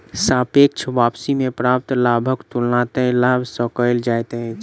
सापेक्ष वापसी में प्राप्त लाभक तुलना तय लाभ सॅ कएल जाइत अछि